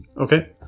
Okay